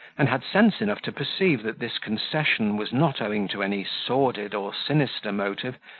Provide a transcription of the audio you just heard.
and had sense enough to perceive that this concession was not owing to any sordid or sinister motive,